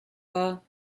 war